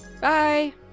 bye